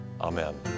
Amen